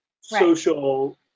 social